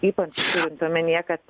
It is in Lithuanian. ypač turint omenyje kad